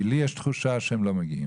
כי לי יש תחושה שזה לא קורה,